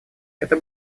это